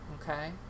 Okay